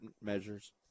measures